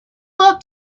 love